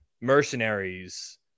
mercenaries